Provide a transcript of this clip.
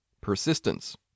Persistence